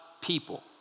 people